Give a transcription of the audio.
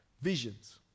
visions